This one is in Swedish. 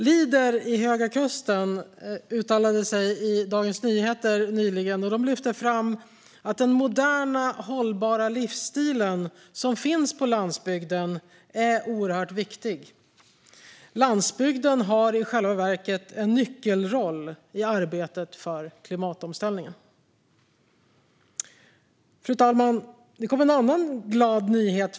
Leader Höga Kusten uttalade sig i Dagens Nyheter nyligen och lyfte fram att den moderna hållbara livsstil som finns på landsbygden är oerhört viktig. Landsbygden har i själva verket en nyckelroll i arbetet med klimatomställningen. Fru talman!